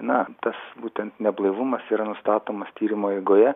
na tas būtent neblaivumas yra nustatomas tyrimo eigoje